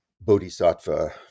bodhisattva